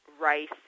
rice